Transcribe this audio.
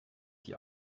die